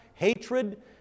hatred